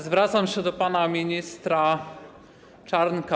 Zwracam się do pana ministra Czarnka.